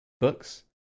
books